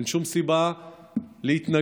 אין שום סיבה להתנגד